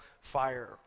fire